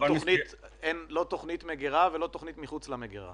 אין לא תוכנית מגירה ולא תוכנית מחוץ למגירה